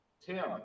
Tim